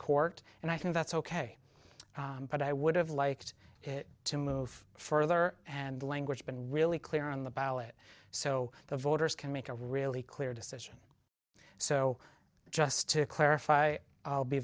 court and i think that's ok but i would have liked it to move further and the language been really clear on the ballot so the voters can make a really clear decision so just to clarify i'll be